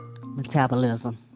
metabolism